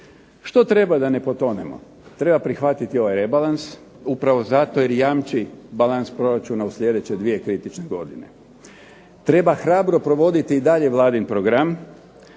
Što treba da ne potonemo? Treba prihvatiti ovaj rebalans upravo zato jer jamči balans proračuna u sljedeće dvije kritične godine. Treba hrabro provoditi i dalje Vladin program.